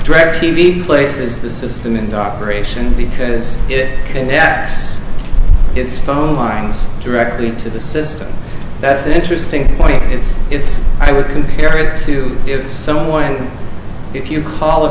directv places the system into operation because it impacts it's phone lines directly to the system that's an interesting point it's it's i would compare it to if someone if you call